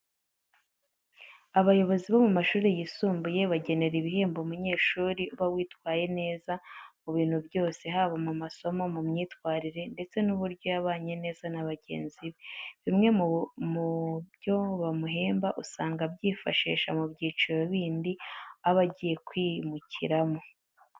Abayobozi bo mu mashuri yisumbuye bagenera ibihembo umunyeshuri uba waritwaye neza mu bintu byose haba mu masomo, mu myitwarire ndetse n'uburyo yabanye neza na bagenzi be. Bimwe mu byo bamuhemba usanga abyifashisha mu byiciro bindi aba agiye kwimukiramo.